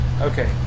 Okay